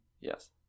Yes